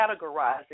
categorizing